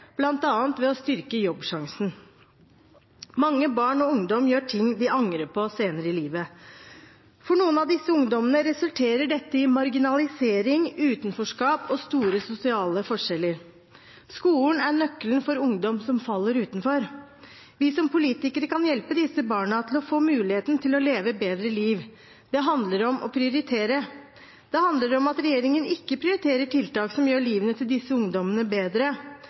bl.a. ved å styrke Jobbsjansen. Mange barn og unge gjør ting de angrer på senere i livet. For noen av disse ungdommene resulterer dette i marginalisering, utenforskap og store sosiale forskjeller. Skolen er nøkkelen for ungdom som faller utenfor. Vi som politikere kan hjelpe disse barna til å få muligheten til å leve bedre liv. Det handler om å prioritere. Det handler om at regjeringen ikke prioriterer tiltak som gjør livet til disse ungdommene bedre.